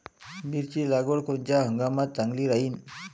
मिरची लागवड कोनच्या हंगामात चांगली राहीन?